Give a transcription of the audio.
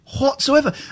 whatsoever